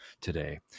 today